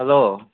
hello